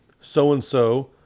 so-and-so